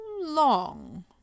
long